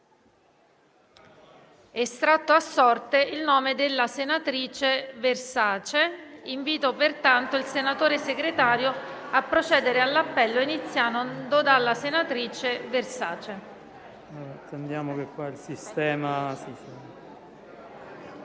estratto a sorte il nome della senatrice Versace).* Invito il senatore Segretario a procedere all'appello, iniziando dalla senatrice Versace.